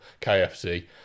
KFC